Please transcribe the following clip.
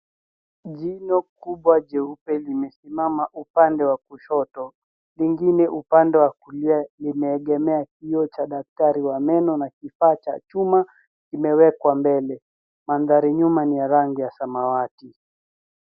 Jino kubwa jeupe limesimama upande wa kushoto lingine upande wa kulia limeegemea kioo cha daktari wa meno na kifaa cha chuma kimewekwa mbele. Mandhari nyuma ni ya rangi ya samawati.